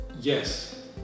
Yes